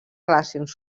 relacions